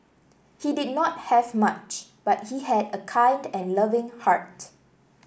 he did not have much but he had a kind and loving heart